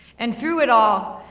and through it all,